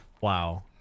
Wow